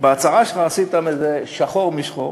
בהצהרה שלך, עשית מזה שחור משחור,